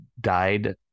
died